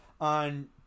on